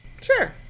Sure